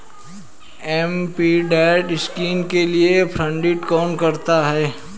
MPLAD scheme के लिए funding कौन करता है?